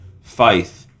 faith